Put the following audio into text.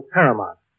Paramount